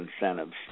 incentives